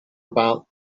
about